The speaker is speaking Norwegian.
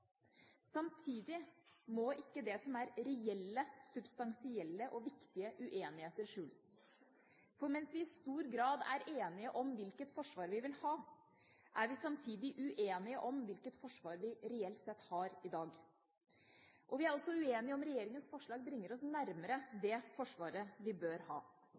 Samtidig må ikke det som er reelle, substansielle og viktige uenigheter, skjules. Mens vi i stor grad er enige om hvilket forsvar vi vil ha, er vi samtidig uenige om hvilket forsvar vi reelt sett har i dag. Vi er også uenige om hvorvidt regjeringas forslag bringer oss nærmere det forsvaret vi bør ha.